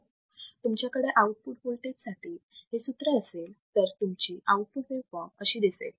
जर तुमच्याकडे output voltage साठी हे सूत्र असेल तर तुमची आउटपुट वेवफॉर्म अशी दिसेल